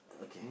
okay